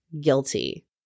guilty